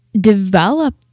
develop